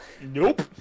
Nope